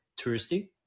touristy